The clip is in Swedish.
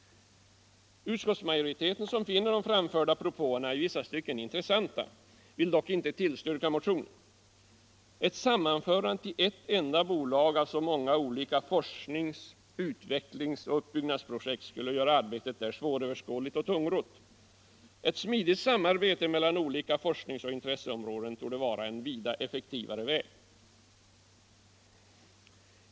Utskottsmajoriteten, som finner de framförda propåerna i vissa stycken intressanta, vill dock inte tillstyrka motionen. Ett sammanförande till ett enda bolag av så många olika forsknings-, utvecklingsoch uppbyggnadsprojekt skulle göra arbetet där svåröverskådligt och tungrott. Ett smidigt samarbete mellan olika forskningsoch intresseområden torde vara en vida effektivare väg.